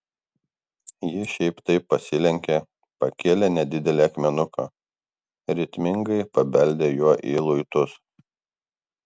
ji šiaip taip pasilenkė pakėlė nedidelį akmenuką ritmingai pabeldė juo į luitus